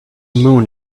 moon